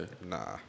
Nah